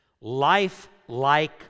life-like